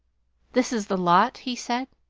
this is the lot? he said.